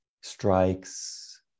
strikes